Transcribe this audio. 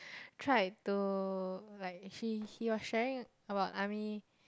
tried to like he he was sharing about army